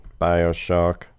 Bioshock